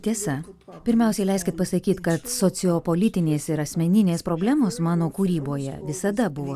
tiesa pirmiausiai leiskit pasakyt kad sociopolitinės ir asmeninės problemos mano kūryboje visada buvo